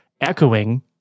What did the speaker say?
echoing